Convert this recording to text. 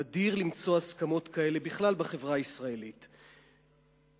נדיר למצוא הסכמות כאלה בחברה הישראלית בכלל.